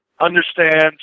understands